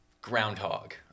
groundhog